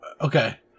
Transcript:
Okay